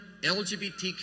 LGBTQ